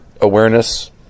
awareness